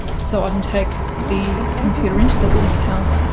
so i can take the computer into the woman's house,